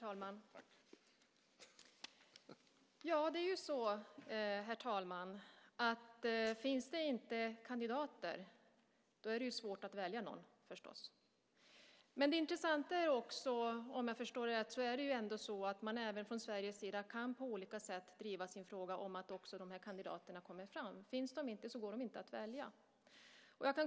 Fru talman! Om det inte finns kandidater är det förstås svårt att välja någon. Det intressanta är ändå - om jag har förstått rätt - att man även från Sveriges sida på olika sätt kan driva frågan om att också dessa kandidater kommer fram. Finns de inte kan de inte väljas.